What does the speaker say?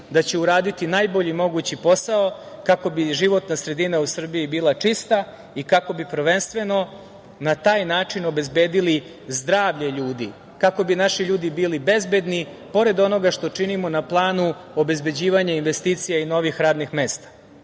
će uraditi najbolji mogući posao, kako bi životna sredina u Srbiji bila čista i kako bi prvenstveno na taj način obezbedili zdravlje ljudi, kako bi naši ljudi bili bezbedni, pored onoga što činimo na planu obezbeđivanja investicija i novih radnih mesta. Znate